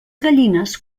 gallines